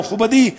מכובדי,